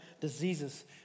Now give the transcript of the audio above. diseases